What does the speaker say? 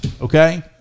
Okay